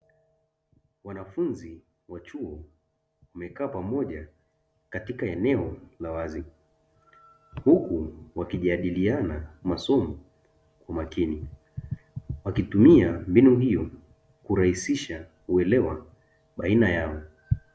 Wanafunzi wa chuo wamekaa pamoja katika eneo la wazi, huku wakijadiliana masomo kwa makini, wakitumia mbinu hiyo kurahisisha uelewa baina yao.